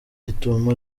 gitumo